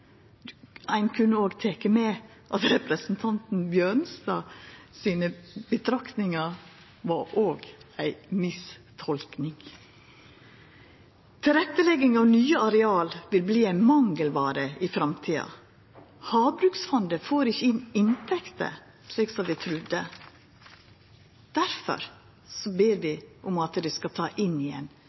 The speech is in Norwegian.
Ein kunne òg ha teke med at betraktningane til representanten Bjørnstad var ei mistolking. Tilrettelegging av nye areal vil verta ei mangelvare i framtida. Havbruksfondet får ikkje inn inntekter slik som vi trudde. Difor ber vi om at ein skal ta inn igjen